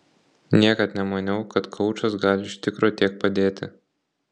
niekad nemaniau kad koučas gali iš tikro tiek padėti